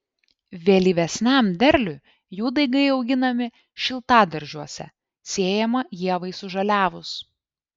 vėlyvesniam derliui jų daigai auginami šiltadaržiuose sėjama ievai sužaliavus